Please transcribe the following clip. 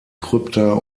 krypta